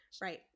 Right